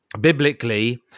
Biblically